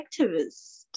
activist